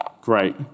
Great